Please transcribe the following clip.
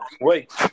wait